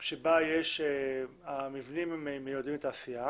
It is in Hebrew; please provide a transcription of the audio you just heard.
בה המבנים מיועדים לתעשייה